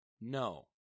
No